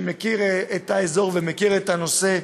שמכיר את האזור ומכיר את הנושא,